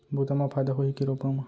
बुता म फायदा होही की रोपा म?